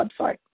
website